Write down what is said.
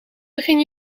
begin